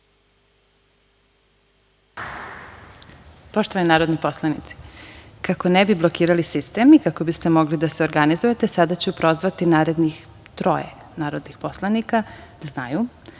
Poštovani narodni poslanici, kako ne bi blokirali sistem i kako biste mogli da se organizujete, sada ću prozvati narednih troje narodnih poslanika, da znaju. Znači,